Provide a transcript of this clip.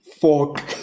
fork